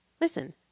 Listen